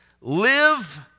live